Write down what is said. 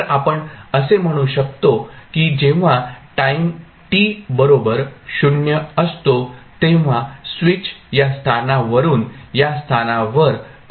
तर आपण असे म्हणू शकतो की जेव्हा टाईम t बरोबर 0 असतो तेव्हा स्विच या स्थानावरून या स्थानावर फेकला जातो